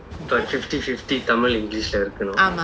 ஆமா:aama